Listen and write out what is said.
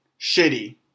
shitty